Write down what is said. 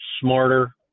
smarter